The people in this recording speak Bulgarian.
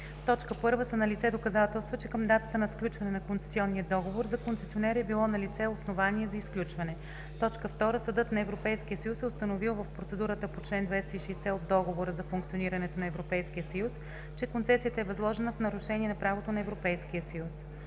когато: 1. са налице доказателства, че към датата на сключване на концесионния договор за концесионера е било налице основание за изключване; 2. Съдът на Европейския съюз е установил, в процедура по чл. 260 от Договора за функционирането на Европейския съюз, че концесията е възложена в нарушение на правото на Европейския съюз.